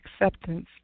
acceptance